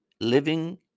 living